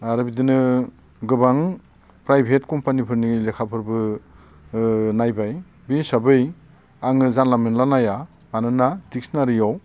आरो बिदिनो गोबां प्राइभेट कम्पानिफोरनि लेखाफोरबो नायबाय बे हिसाबै आङो जानला मोनला नाया मानोना दिक्सनारियाव